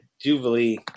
Jubilee